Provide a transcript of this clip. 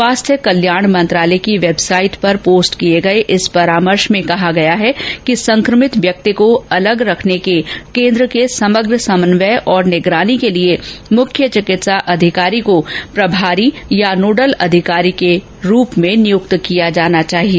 स्वास्थ्य कल्याण मंत्रालय की वेबसाईट पर पोस्ट किए गए इस परामर्श में कहा गया है कि संक्रमित व्यक्ति को अलग रखने के केन्द्र के समग्र समन्वय और निगरानी के लिए मुख्य चिकित्सा अधिकारी को प्रभावी या नोडल अधिकारी के रूप में नियुक्त किया जाना चाहिए